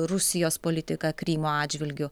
rusijos politiką krymo atžvilgiu